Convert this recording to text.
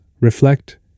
reflect